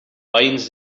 binds